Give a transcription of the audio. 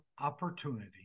opportunity